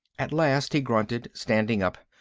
at last he grunted, standing up.